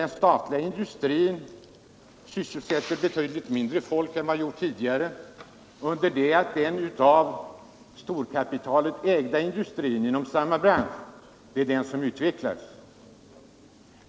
Den statliga industrin inom denna bransch sysselsätter betydligt mindre antal människor än den gjort tidigare, under det att den av storkapitalet ägda industrin inom samma bransch utvecklats i allt snabbare takt och med allt fler anställda.